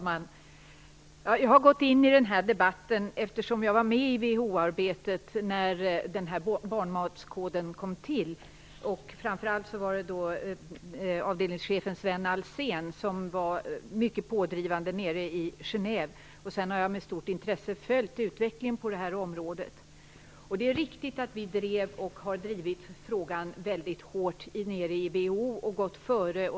Herr talman! Jag går in i den här debatten därför att jag var med i WHO-arbetet när barnmatskoden kom till. Framför allt var avdelningschefen Sven Alsén mycket pådrivande nere i Genève. Sedan har jag med stort intresse följt utvecklingen på området. Det är riktigt att vi drev och har drivit frågan väldigt hårt i WHO och gått före.